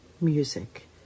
music